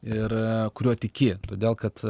ir kuriuo tiki todėl kad